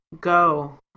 go